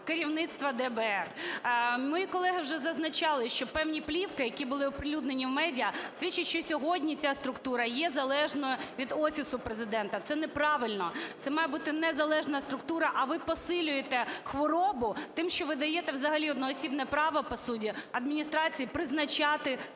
керівництва ДБР. Мої колеги вже зазначали, що певні плівки, які були оприлюднені в медіа, свідчать, що сьогодні ця структура є залежною від Офісу Президента. Це неправильно. Це має бути незалежна структура, а ви посилюєте хворобу тим, що ви даєте взагалі одноосібне право, по суті, адміністрації призначати